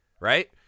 right